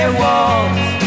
walls